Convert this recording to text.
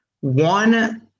one